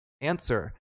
answer